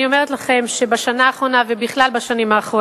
אני לא נתקלתי בבעיות מיוחדות בכל מה שקשור לדרוזים ברמת-הגולן.